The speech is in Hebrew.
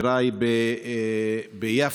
ביאפא,